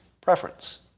preference